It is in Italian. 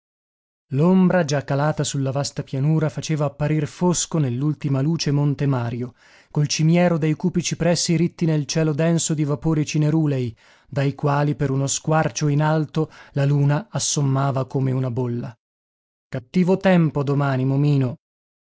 l'ombra già calata su la vasta pianura faceva apparir fosco nell'ultima luce monte mario col cimiero dei cupi cipressi ritti nel cielo denso di vapori cinerulei dai quali per uno squarcio in alto la luna assommava come una bolla cattivo tempo domani momino